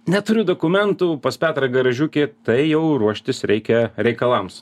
neturiu dokumentų pas petrą garažiuke tai jau ruoštis reikia reikalams